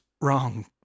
wrong